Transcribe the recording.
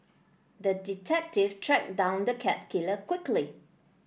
the detective tracked down the cat killer quickly